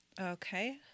Okay